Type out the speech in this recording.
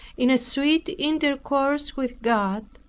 in a sweet intercourse with god,